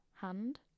hand